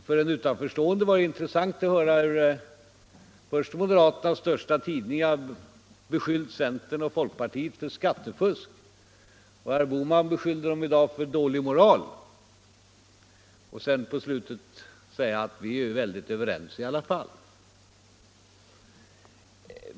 För en utanförstående är det intressant att se den största moderata tidningen beskylla centern och folkpartiet för skattefusk och sedan i dag höra herr Bohman beskylla dem för dålig moral. Till sist konstaterar han ändå att de borgerliga är överens.